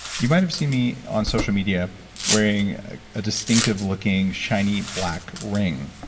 you might've seen me on social media wearing a distinctive looking shiny black ring,